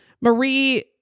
Marie